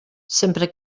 sempre